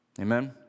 Amen